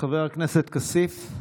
חבר הכנסת כסיף,